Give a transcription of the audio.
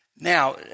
Now